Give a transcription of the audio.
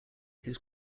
his